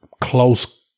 close